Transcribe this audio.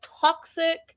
toxic